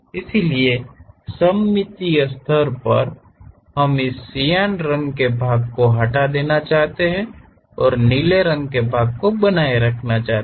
इसलिए सममितीय स्तर पर हम इस सियान रंग के भाग को हटाना चाहते हैं और नीले रंग को बनाए रखना चाहते हैं